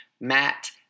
matt